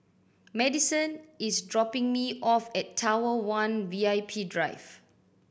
Madisen is dropping me off at Tower one V I P Drive